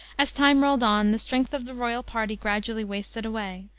as time rolled on, the strength of the royal party gradually wasted away,